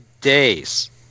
days